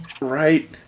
Right